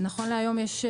נכון להיום יש